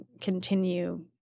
continue